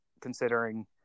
considering